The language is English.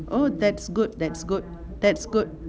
oh that's good that's good that's good